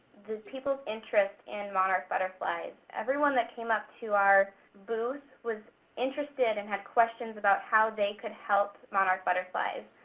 the people's interest in monarch butterflies. everyone that came up to our booth was interested, and had questions about how they could help monarch butterflies.